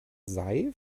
sei